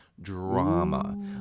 Drama